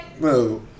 No